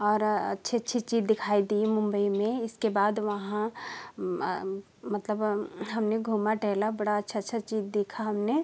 और अच्छी चीज दिखाई दी मुंबई में इसके बाद वहाँ मतलब हमने घूमा टहला बड़ी अच्छी अच्छी चीज़ देखी हमने